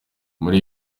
muri